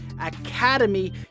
Academy